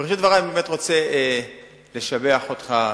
בראשית דברי אני באמת רוצה לשבח אותך,